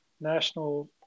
National